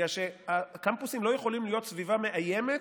בגלל שהקמפוסים לא יכולים להיות סביבה מאיימת